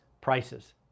prices